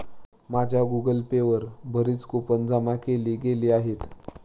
माझ्या Google Pay वर बरीच कूपन जमा केली गेली आहेत